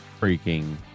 freaking